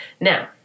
Now